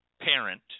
parent